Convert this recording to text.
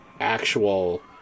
actual